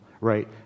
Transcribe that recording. Right